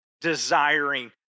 desiring